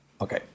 Okay